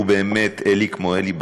ובאמת אלי כמו אלי,